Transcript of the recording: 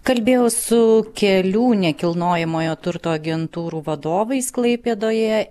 kalbėjau su kelių nekilnojamojo turto agentūrų vadovais klaipėdoje